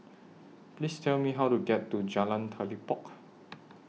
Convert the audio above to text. Please Tell Me How to get to Jalan Telipok